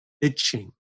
itching